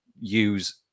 use